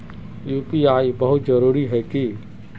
UPI बहुत जरूरी है की?